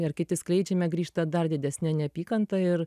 ir kiti skleidžiame grįžta dar didesne neapykanta ir